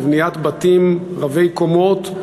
לבניית בתים רבי-קומות,